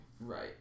Right